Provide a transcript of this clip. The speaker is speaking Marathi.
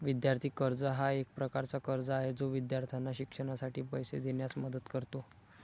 विद्यार्थी कर्ज हा एक प्रकारचा कर्ज आहे जो विद्यार्थ्यांना शिक्षणासाठी पैसे देण्यास मदत करतो